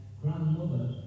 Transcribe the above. grandmother